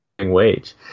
wage